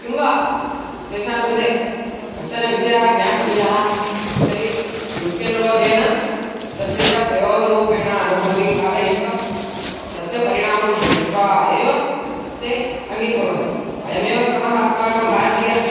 किं वा तेषाङ्कृते कश्चन विषयः ज्ञापनीयः तर्हि युक्त्यनुरोधेन तस्य च प्रयोगरूपेण अनुभूतिं कारयित्वा तस्य परिणामं दृष्ट्वा एव ते अङ्गीकुर्वन्ति अयमेव क्रमः अस्माकं भारतीयः